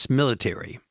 military